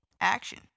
action